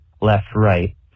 left-right